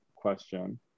question